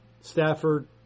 Stafford